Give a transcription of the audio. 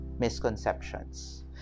misconceptions